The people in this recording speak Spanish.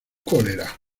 cólera